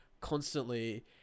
constantly